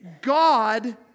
God